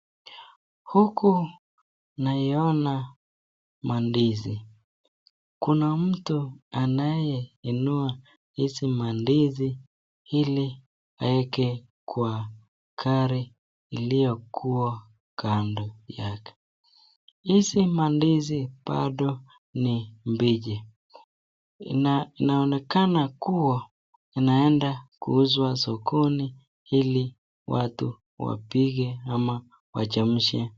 Huku naiona mandizi, kuna mtu anayeinua hizi mandizi ili aweke kwa gari iliyokuwa kando yake. Hizi mandizi bado ni mbichi, inaonekana kuwa inaenda kuuzwa sokoni ili watu wapike ama wachemshe.